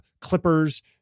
clippers